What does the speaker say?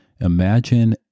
Imagine